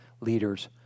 leaders